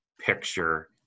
picture